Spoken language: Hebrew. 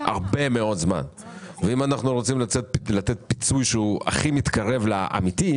אם אנחנו רוצים לתת פיצוי שהוא הכי מתקרב לאמיתי,